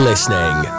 Listening